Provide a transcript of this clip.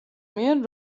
მიერ